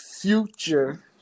future